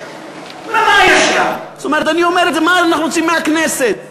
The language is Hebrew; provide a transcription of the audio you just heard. זאת אומרת, אני אומר: מה אנחנו רוצים מהכנסת?